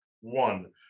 one